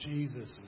Jesus